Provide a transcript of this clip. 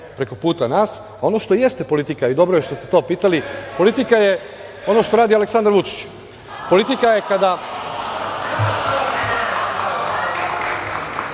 preko puta nas. Ono što jeste politika i dobro je što ste to pitali, politika je ono što radi Aleksandar Vučić. Zahvaljujem